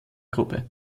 gruppe